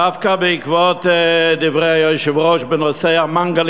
דווקא בעקבות דברי היושב-ראש בנושא המנגלים,